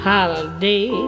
Holiday